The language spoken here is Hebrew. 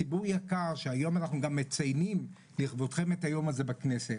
ציבור יקר שהיום אנחנו גם מציינים לכבודכם את היום הזה בכנסת.